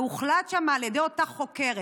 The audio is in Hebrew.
והוחלט שם על ידי אותה חוקרת,